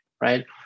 right